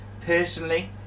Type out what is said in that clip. Personally